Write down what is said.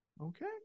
okay